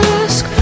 ask